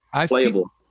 playable